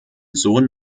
sohn